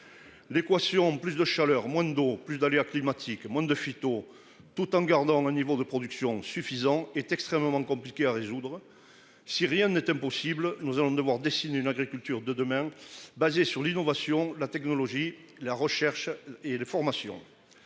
L'équation plus de chaleur moins d'eau, plus d'aléas climatiques. Moins de phyto-. Tout en gardant le niveau de production suffisant est extrêmement compliqué à résoudre. Si rien n'est impossible. Nous allons devoir une agriculture de demain. Basée sur l'innovation, la technologie, la recherche et de formation.